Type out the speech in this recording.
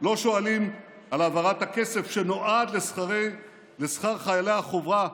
לא שואלים על העברת הכסף שנועד לשכר חיילי החובה,